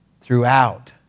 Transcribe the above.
throughout